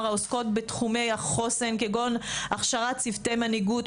העוסקות בתחומי חוסן כגון הכשרת צוותי מנהיגות,